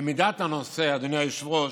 למידת הנושא, אדוני היושב-ראש,